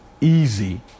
easy